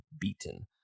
beaten